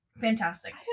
fantastic